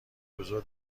حضور